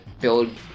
build